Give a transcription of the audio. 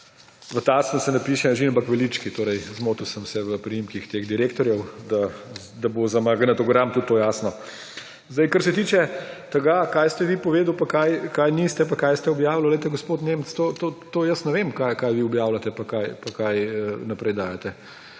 v Tacnu, se ne piše Anžin, ampak Velički. Zmotil sem se v priimkih teh direktorjev, da bo za magnetogram tudi to jasno. Kar se tiče tega, kaj ste vi povedali in česa niste in kaj ste objavljali. Glejte, gospod Nemec, tega jaz ne vem, kaj vi objavljate in kaj naprej dajete.